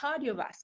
cardiovascular